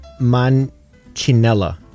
Manchinella